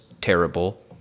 terrible